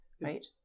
right